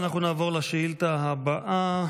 אנחנו נעבור לשאילתה הבאה.